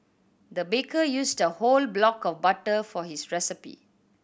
the baker used a whole block of butter for this recipe